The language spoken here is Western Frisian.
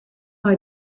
nei